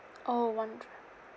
oh one